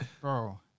bro